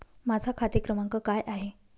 माझा खाते क्रमांक काय आहे?